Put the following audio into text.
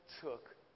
took